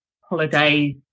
holidays